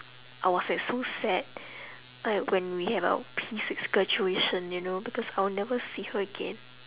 I was like so sad like when we have our P six graduation you know because I will never see her again